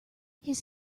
his